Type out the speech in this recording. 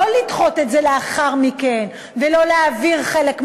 לא לדחות את זה לאחר מכן ולא להעביר חלק מהיישובים.